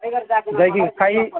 ଯାଇକି ଖାଇ